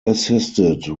assisted